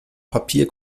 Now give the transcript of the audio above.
papier